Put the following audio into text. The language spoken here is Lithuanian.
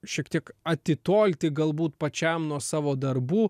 šiek tiek atitolti galbūt pačiam nuo savo darbų